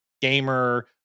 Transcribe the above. gamer